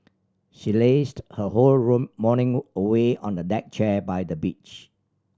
she lazed her whole room morning away on the deck chair by the beach